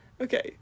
Okay